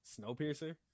snowpiercer